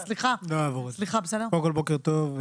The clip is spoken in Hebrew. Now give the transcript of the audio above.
בוקר טוב.